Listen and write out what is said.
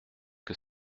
que